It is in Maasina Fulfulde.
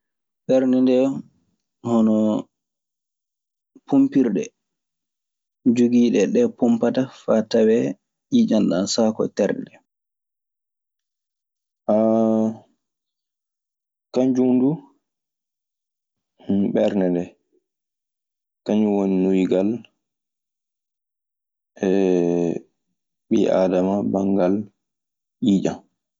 Ɓernde ɗe hono pompirɗe Jogiiɗe ɗee pompata faa tawee ƴiiƴam ɗam ana saako e terɗe ɗe.